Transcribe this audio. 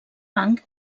banc